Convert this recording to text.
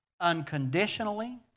unconditionally